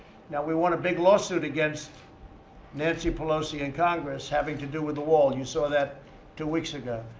now, we won a big lawsuit against nancy pelosi and congress, having to do with the wall. you saw that two weeks ago.